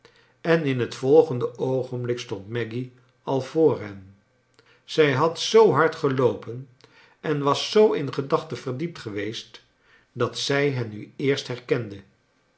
en in het volgende oogenblik stond maggy al voor hen zij had zoo hard geloopen en was zoo in gedachten verdiept geweest dat zij hen nu eerst herkende